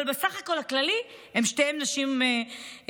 אבל בסך הכול הכללי, שתיהן נשים חזקות.